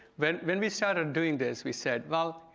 when when we started doing this, we said, well,